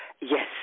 yes